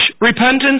repentance